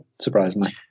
surprisingly